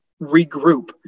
regroup